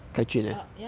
uh ya ya ya